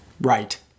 right